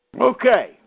Okay